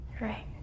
Right